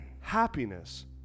Happiness